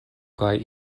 kaj